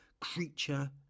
creature